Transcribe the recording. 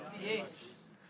Yes